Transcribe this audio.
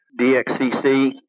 DXCC